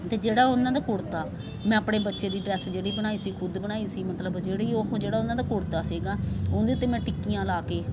ਅਤੇ ਜਿਹੜਾ ਉਹਨਾਂ ਦਾ ਕੁੜਤਾ ਮੈਂ ਆਪਣੇ ਬੱਚੇ ਦੀ ਡਰੈਸ ਜਿਹੜੀ ਬਣਾਈ ਸੀ ਖੁਦ ਬਣਾਈ ਸੀ ਮਤਲਬ ਜਿਹੜੀ ਉਹ ਜਿਹੜਾ ਉਹਨਾਂ ਦਾ ਕੁੜਤਾ ਸੀਗਾ ਉਹਦੇ 'ਤੇ ਮੈਂ ਟਿੱਕੀਆਂ ਲਾ ਕੇ